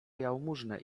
jałmużnę